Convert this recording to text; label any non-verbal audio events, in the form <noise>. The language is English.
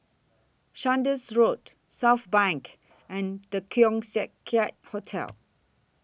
Saunders Road Southbank and The Keong <unintelligible> Hotel